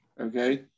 Okay